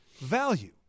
value